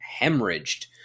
hemorrhaged